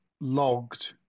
logged